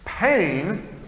Pain